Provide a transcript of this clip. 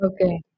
okay